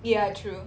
ya true